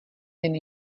jen